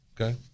Okay